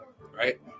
right